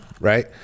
Right